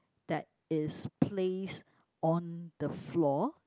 that is placed on the floor